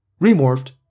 remorphed